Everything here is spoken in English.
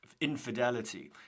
infidelity